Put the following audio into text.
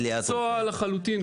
זה מקצוע לחלוטין,